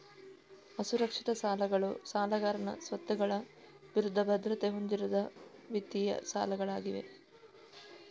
ಅಸುರಕ್ಷಿತ ಸಾಲಗಳು ಸಾಲಗಾರನ ಸ್ವತ್ತುಗಳ ವಿರುದ್ಧ ಭದ್ರತೆ ಹೊಂದಿರದ ವಿತ್ತೀಯ ಸಾಲಗಳಾಗಿವೆ